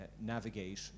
navigate